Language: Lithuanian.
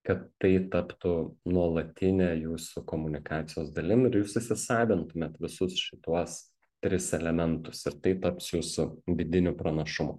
kad tai taptų nuolatine jūsų komunikacijos dalim ir jūs įsisavintumėt visus šituos tris elementus ir tai taps jūsų vidiniu pranašumu